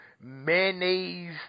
mayonnaise